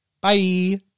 bye